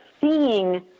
seeing